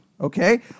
okay